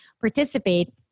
participate